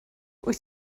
wyt